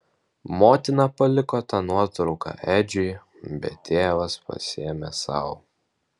motina paliko tą nuotrauką edžiui bet tėvas pasiėmė sau